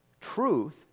truth